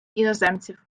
іноземців